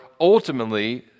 ultimately